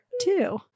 two